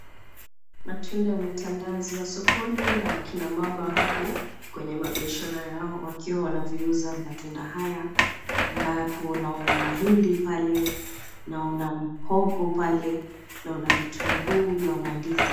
Matunda yametandazwa sokoni na wakina mama hapo kwenye mabiashara yao wakiwa wanaviuza matunda haya ambapo naona mahindi pale, naona mhogo pale, naona vitunguu, naona ndizi.